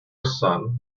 sun